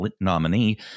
nominee